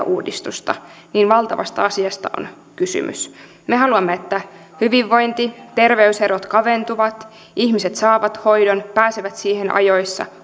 uudistusta niin valtavasta asiasta on kysymys me haluamme että hyvinvointi ja terveyserot kaventuvat ihmiset saavat hoidon pääsevät siihen ajoissa